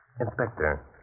Inspector